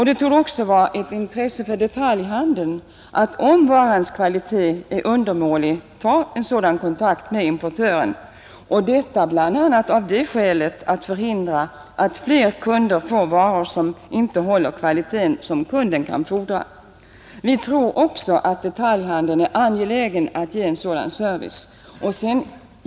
Det torde också vara ett intresse för detaljhandeln att, om varans kvalitet är undermålig, ta en sådan kontakt med importören, detta bl.a. av det skälet att fler kunder därigenom förhindras att få varor som inte håller den kvalitet som kunden kan fordra. Vi tror också att detaljhandeln är angelägen om att ge en sådan service.